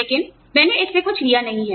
लेकिन मैंने इससे कुछ लिया नहीं है